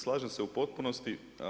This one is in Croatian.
Slažem se u potpunosti.